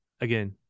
Again